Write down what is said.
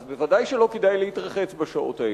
אז בוודאי לא כדאי להתרחץ בשעות האלה.